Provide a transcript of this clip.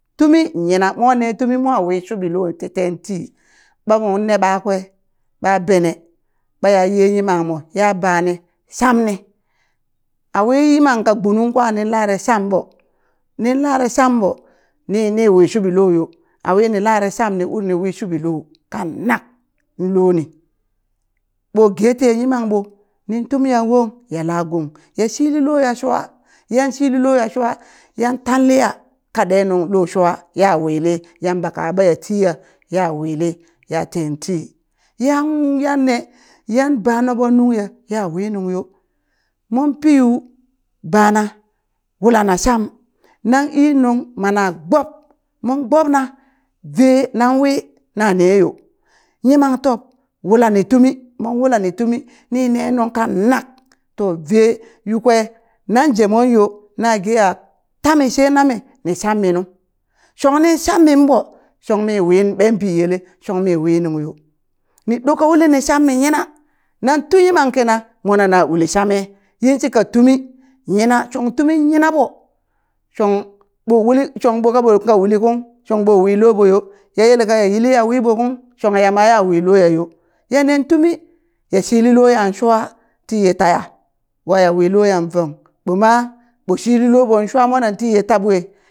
Tumi yina mo ne tumi mo wii shuɓi lo ti ten ti ɓamon ne ɓakwe ɓa bane ɓaya ye yimangmo ya bani sham ni awi yimam ka gbunung kwa ni lare shamɓo ni lare shamɓo ni ni wi shuɓi loyo, a wi ni lare sham ni uri niwi shuɓi lo kanak loni ɓo getiye yimamɓo, nin tumyan wong ya la gong ya shili loya shua yan shili loya shua yan tan liya kaɗe nung lo shwa ya wi li Yamba ka aɓa ya tiya ya wili ya ten tii yang yan yanne yan ba noɓon nungya ya wi nung yo mon piyu bana wulana sham nan ii nung mana gbob mon gbobna vee nan wii na neyo yimam top wulani timu mon wulani tumi nine nungka nak to vee yu kwe nan jemon yo na ge a tami she nami ni shammi nu shong nin shamin ɓo shong mi win ɓan biyele shong miwi nungyo ni ɗo ka uli ni shammi yina nan tu yimam kina mona na uli shame yinshika tumi yina shong timun yinan ɓo shon ɓo shong ɓo ka ɓonka uli kung shong ɓo wi loɓo yo yayelka ya yili ya wiɓo kung shong yama ya wi loya yo ya nen tumi ya shili loya shua tiya taya waya wi loyan vong ɓoma ɓo shili loɓon shwa tiye tabwe